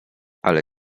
ale